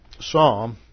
psalm